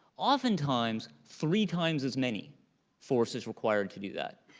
oftentimes three times as many forces required to do that.